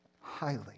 highly